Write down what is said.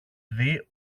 δει